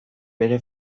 bere